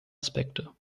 aspekte